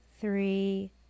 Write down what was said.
three